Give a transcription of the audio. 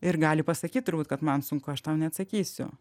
ir gali pasakyt turbūt kad man sunku aš tau neatsakysiu